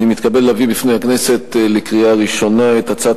אני מתכבד להביא בפני הכנסת לקריאה ראשונה את הצעת